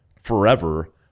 forever